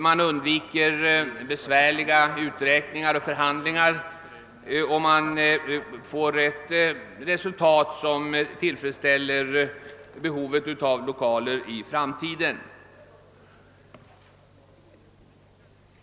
Man undviker besvärliga undersökningar och förhandlingar, och man får ett resultat som tillfredsställer behovet av lokaler i framtiden.